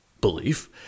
belief